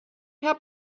herr